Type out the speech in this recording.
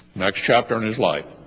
next chapter in his life